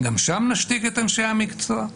גם שם נשתיק את אנשי המקצוע?